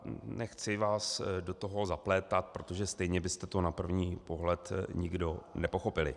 Nechci vás do toho zaplétat, protože stejně byste to na první pohled nikdo nepochopili.